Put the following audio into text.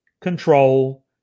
control